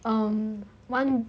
um one